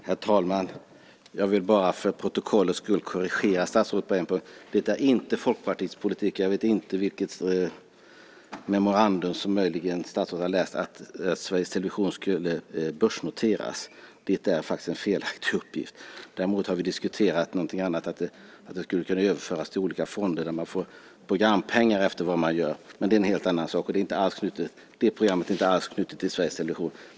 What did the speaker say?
Herr talman! Jag vill bara för protokollets skull korrigera statsrådet på en punkt. Detta är inte Folkpartiets politik. Jag vet inte vilket memorandum som möjligen statsrådet har läst om att Sveriges Television skulle börsnoteras. Det är en felaktig uppgift. Däremot har vi diskuterat att det skulle överföras till olika fonder och få programpengar efter vad man gör. Men det är en helt annan sak, och det programmet är inte alls knutet till Sveriges Television.